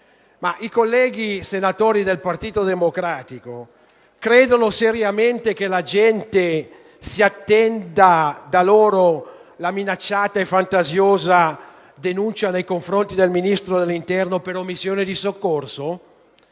Ma i colleghi senatori del Partito Democratico credono seriamente che la gente si attenda da loro la minacciata e fantasiosa denuncia nei confronti del Ministro dell'interno per omissione di soccorso?